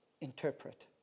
interpret